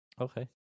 Okay